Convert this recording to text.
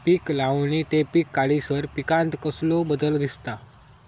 पीक लावणी ते पीक काढीसर पिकांत कसलो बदल दिसता?